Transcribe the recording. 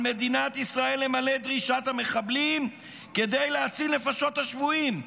על מדינת ישראל למלא דרישת המחבלים כדי להציל נפשות השבויים".